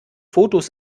fotos